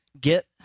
Get